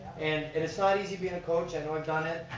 and and it's not easy being a coach, i know i've done it.